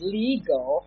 legal